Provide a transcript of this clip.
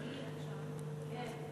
כן.